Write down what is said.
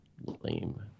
lame